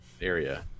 area